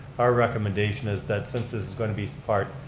our recommendation is that since this is going to be part,